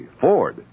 Ford